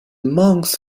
monks